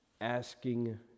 asking